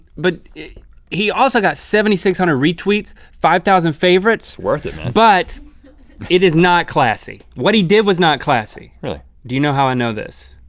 but he also got seven thousand six hundred retweets, five thousand favorites. worth it, man. but it is not classy. what he did was not classy. really? do you know how i know this.